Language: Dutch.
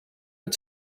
het